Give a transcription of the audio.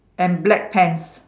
and black pants